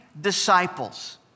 disciples